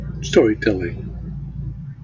storytelling